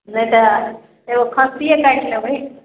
नहि तऽ एगो खस्सिए काटि लेबै